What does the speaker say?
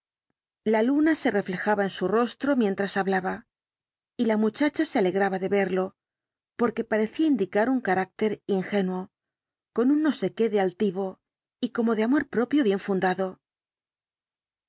la luna se reflejaba en su rostro mientras hablaba y la muchacha se alegraba de verlo porque parecía indicar un carácter ingenuo con un no sé qué de altivo y como de amor propio bien fundado